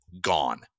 Gone